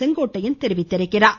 செங்கோட்டையன் தெரிவித்துள்ளார்